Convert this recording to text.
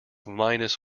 minus